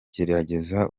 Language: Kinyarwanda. gerageza